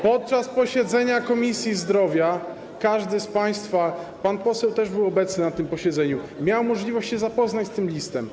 Podczas posiedzenia Komisji Zdrowia każdy z państwa, pan poseł też był obecny na tym posiedzeniu, miał możliwość się zapoznać z tym listem.